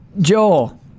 Joel